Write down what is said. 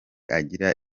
agira